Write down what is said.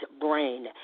BRAIN